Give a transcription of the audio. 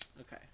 Okay